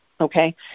okay